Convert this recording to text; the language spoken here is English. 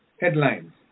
headlines